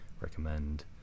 recommend